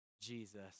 Jesus